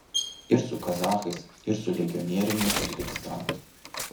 ir su kazachais ir su legionieriumi iš uzbekistano